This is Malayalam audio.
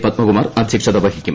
പത്മകുമാർ അദ്ധ്യക്ഷത വഹിക്കും